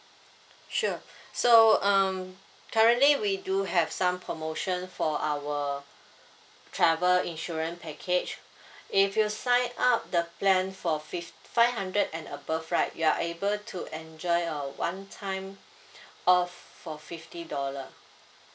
sure so um currently we do have some promotion for our travel insurance package if you sign up the plan for fif~ five hundred and above right you are able to enjoy a one time off for fifty dollar